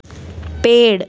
पेड़